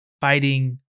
fighting